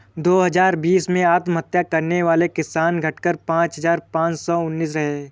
दो हजार बीस में आत्महत्या करने वाले किसान, घटकर पांच हजार पांच सौ उनासी रहे